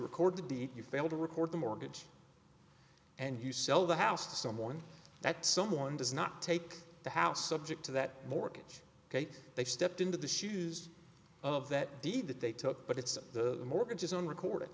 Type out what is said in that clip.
record to beat you fail to record the mortgage and you sell the house to someone that someone does not take the house subject to that mortgage they stepped into the shoes of that deed that they took but it's the mortgage is on record it